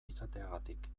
izateagatik